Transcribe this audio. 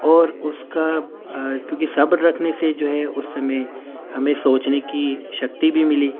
اور اس کا کیونکہ صبر رکھنے سے جو ہے اس سمعے ہمیں سوچنے کی شکتی بھی ملی